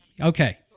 Okay